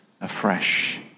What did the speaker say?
afresh